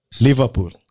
Liverpool